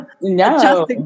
No